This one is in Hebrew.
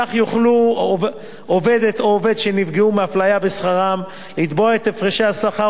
כך יוכלו עובדת או עובד שנפגעו מאפליה בשכרם לתבוע את הפרשי השכר